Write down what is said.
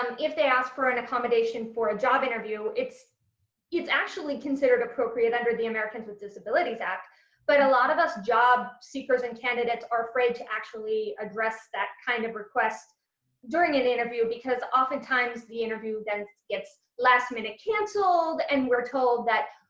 um if they ask for an accommodation for a job interview it's it's actually considered appropriate under the americans with disabilities act but a lot of us job seekers and candidates are afraid to actually address that kind of request during an interview because oftentimes the interview then gets last-minute cancelled and we're told that,